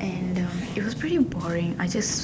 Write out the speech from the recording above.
and um it was pretty boring I just